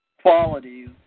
qualities